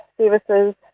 services